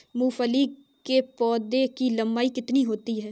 मूंगफली के पौधे की लंबाई कितनी होती है?